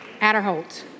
Adderholt